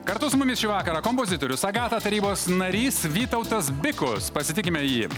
kartu su mumis šį vakarą kompozitorius agata tarybos narys vytautas bikus pasitikime jį